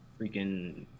freaking